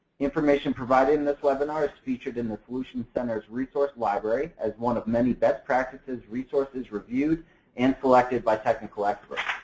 information provided in this webinar is featured in the solutions center's resource library as one of many best practices resources reviewed and selected by technical experts.